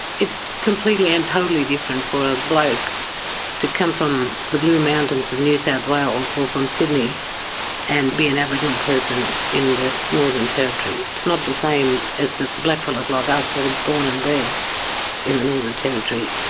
it's completely and totally different for a bloke to come from the blue mountains of new south wales or from sydney and be an aboriginal person in the northern territory. it's not the same as the blackfellas like us that are born and bred in the northern territory,